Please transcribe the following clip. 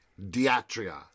Diatria